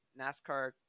NASCAR